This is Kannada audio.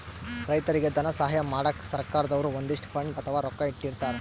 ರೈತರಿಗ್ ಧನ ಸಹಾಯ ಮಾಡಕ್ಕ್ ಸರ್ಕಾರ್ ದವ್ರು ಒಂದಿಷ್ಟ್ ಫಂಡ್ ಅಥವಾ ರೊಕ್ಕಾ ಇಟ್ಟಿರ್ತರ್